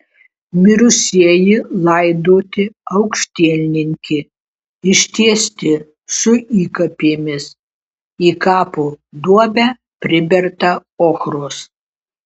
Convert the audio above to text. mirusieji laidoti aukštielninki ištiesti su įkapėmis į kapo duobę priberta ochros